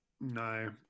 No